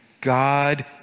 God